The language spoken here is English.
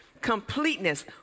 completeness